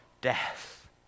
death